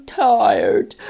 tired